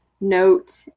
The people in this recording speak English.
note